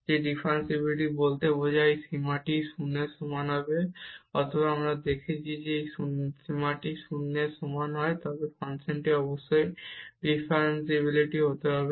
যে ডিফারেনশিবিলিটি বোঝায় যে এই সীমাটি 0 এর সমান হতে হবে অথবা আমরা দেখেছি যে যদি এই সীমাটি 0 এর সমান হয় তবে ফাংশনটি অবশ্যই ডিফারেনশিবিলিটি হতে হবে